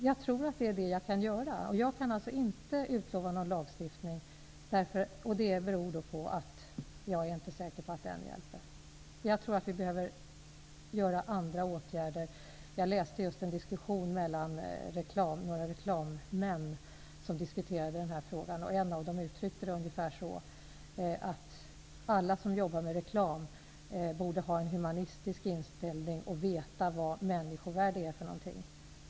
Jag tror att det är detta som jag kan göra. Jag kan alltså inte utlova någon lagstiftning, och det beror på att jag inte är säker på att den hjälper. Jag tror att vi behöver vidta andra åtgärder. Jag läste nyligen om en diskussion mellan några reklammän om denna fråga, och en av dem uttryckte sig ungefär på följande sätt: Alla som jobbar med reklam borde ha en humanistisk inställning och veta vad människovärde är för någonting.